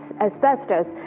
asbestos